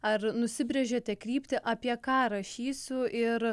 ar nusibrėžėte kryptį apie ką rašysiu ir